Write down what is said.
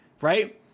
right